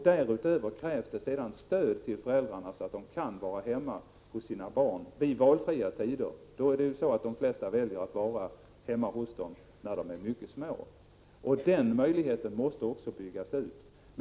Därutöver krävs stöd till föräldrarna, så att de vid valfria tidpunkter kan vara hemma hos sina barn. De flesta väljer att vara hemma hos dem när de är mycket små. Den möjligheten måste byggas ut.